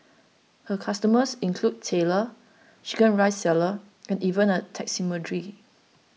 her customers include tailor Chicken Rice sellers and even a taxidermist